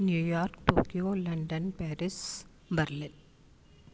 New York Tokyo London Paris Berlin